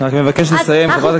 אני רק מבקש לסיים, חברת הכנסת זועבי.